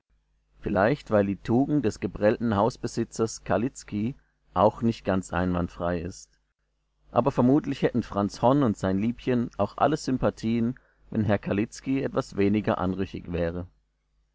vielleicht weil die tugend des geprellten hausbesitzers kalitzki auch nicht ganz einwandfrei ist aber vermutlich hätten franz horn und sein liebchen auch alle sympathien wenn herr kalitzki etwas weniger anrüchig wäre